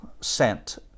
sent